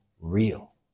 real